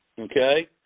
okay